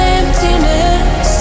emptiness